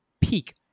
peak